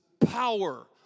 power